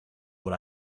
what